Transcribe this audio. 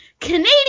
Canadian